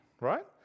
right